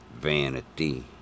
vanity